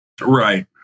Right